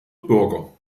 bürger